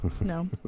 No